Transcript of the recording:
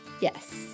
Yes